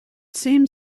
seemed